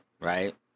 right